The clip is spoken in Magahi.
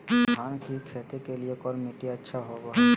धान की खेती के लिए कौन मिट्टी अच्छा होबो है?